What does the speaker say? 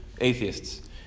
atheists